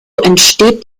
entsteht